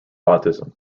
autism